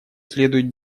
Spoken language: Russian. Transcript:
следует